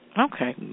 Okay